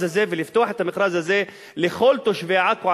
הזה ולפתוח את המכרז הזה לכל תושבי עכו,